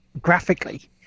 graphically